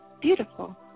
Beautiful